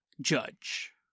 judge